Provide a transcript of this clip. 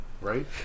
Right